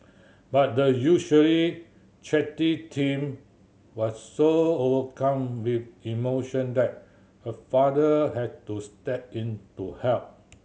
but the usually chatty teen was so overcome with emotion that her father had to step in to help